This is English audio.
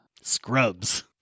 Scrubs